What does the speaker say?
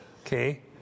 Okay